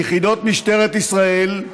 ביחידות משטרת ישראל,